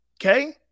Okay